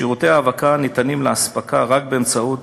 שירותי ההאבקה ניתנים לאספקה רק באמצעות